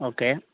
okay